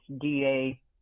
DA –